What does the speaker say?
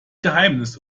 geheimnis